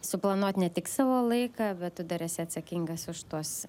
suplanuot ne tik savo laiką bet tu dar esi atsakingas už tuos